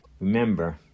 Remember